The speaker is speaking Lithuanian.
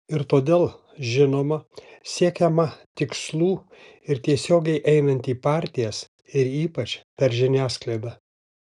ir todėl žinoma siekiama tikslų ir tiesiogiai einant į partijas ir ypač per žiniasklaidą